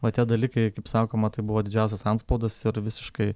o tie dalykai kaip sakoma tai buvo didžiausias antspaudas ir visiškai